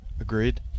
Agreed